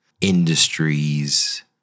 industries